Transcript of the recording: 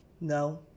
No